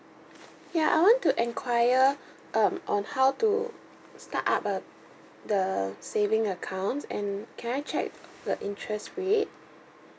ya I want to inquire um on how to start up a the saving accounts and can I check the interest rate